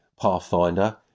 Pathfinder